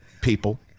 people